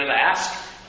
ask